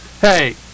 Hey